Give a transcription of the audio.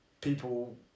people